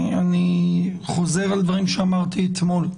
אני חוזר על דברים שאמרתי אתמול.